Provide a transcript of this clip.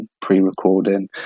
pre-recording